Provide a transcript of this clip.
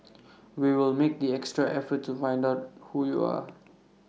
we will make the extra effort to find out who you are